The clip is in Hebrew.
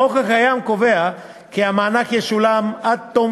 החוק הקיים קובע כי המענק ישולם עד תום